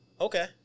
Okay